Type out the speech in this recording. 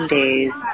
days